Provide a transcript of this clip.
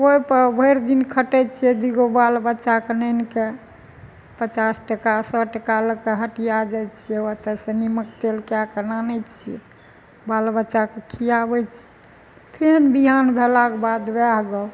कोइ भैरि दिन खटै छियै दुइ गो बाल बच्चाके आनिके पचास टका सए टका लऽ कऽ हटिया जाइ छियै ओतऽ सँ नीमक तेल कए कऽ आनै छियै बाल बच्चाके खियाबै छियै फेर बिहान भेलाके बाद वएह गप